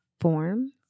Form